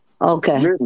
Okay